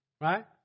Right